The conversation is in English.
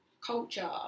culture